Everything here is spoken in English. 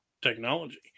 technology